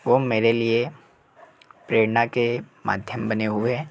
वो मेरे लिए प्रेरणा के माध्यम बने हुए हैं